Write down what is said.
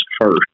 first